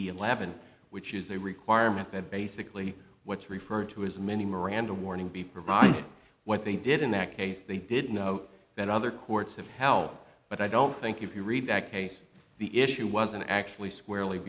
eleven which is a requirement that basically what's referred to as many miranda warning be provided what they did in that case they didn't know that other courts have hell but i don't think if you read that case the issue wasn't actually squarely